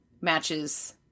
matches